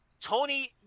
Tony